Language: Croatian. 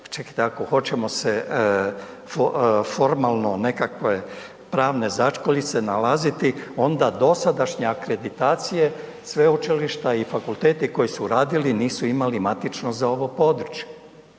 čekajte ako hoćemo se formalno nekakve pravne začkoljice nalaziti onda dosadašnje akreditacije sveučilišta i fakulteti koji su radili nisu imali matično za ovo područje